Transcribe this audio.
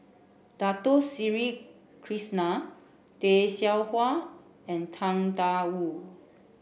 Dato Sri Krishna Tay Seow Huah and Tang Da Wu